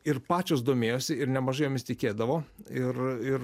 ir pačios domėjosi ir nemažai jomis tikėdavo ir ir